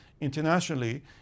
internationally